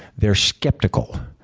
they're skeptical.